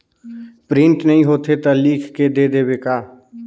Print नइ होथे ता लिख के दे देबे का?